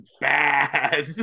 bad